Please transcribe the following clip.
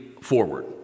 forward